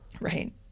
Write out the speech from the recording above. Right